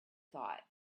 thought